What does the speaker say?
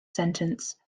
sentence